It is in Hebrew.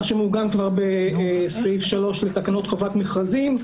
מה שמעוגן כבר בסעיף 3 לתקנות חובת מכרזים,